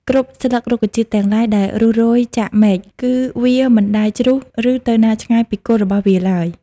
គ្រប់ស្លឹករុក្ខជាតិទាំងឡាយដែលរុះរោយចាកមែក គឺវាមិនដែលជ្រុះ ឬទៅណាឆ្ងាយពីគល់របស់វាឡើយ។